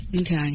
Okay